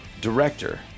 director